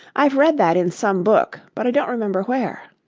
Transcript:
i've read that in some book, but i don't remember where